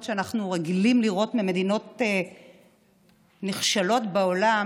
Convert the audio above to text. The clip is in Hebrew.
שאנחנו רגילים לראות ממדינות נחשלות בעולם,